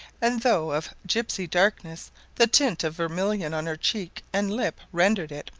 and though of gipsey darkness the tint of vermilion on her cheek and lip rendered it,